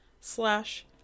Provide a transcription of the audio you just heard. slash